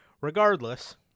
regardless